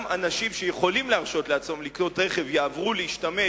גם אנשים שיכולים להרשות לעצמם לקנות רכב יעברו להשתמש